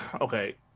okay